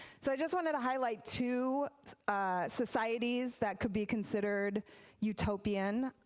so i just wanted to highlight two societies that could be considered utopian,